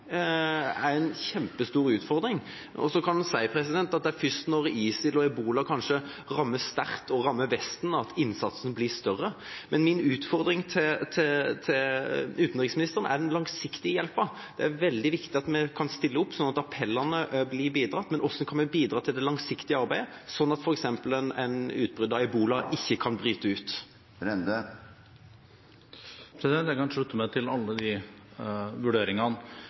er en kjempestor utfordring. Man kan si at det først er når ISIL og ebola rammer sterkt og rammer Vesten, at innsatsen blir større. Men min utfordring til utenriksministeren gjelder den langsiktige hjelpen. Det er veldig viktig at vi kan stille opp, slik at appellene blir fulgt opp, og bidra til det langsiktige arbeidet, slik at ikke ebola bryter ut, f.eks. Jeg kan slutte meg til alle de vurderingene.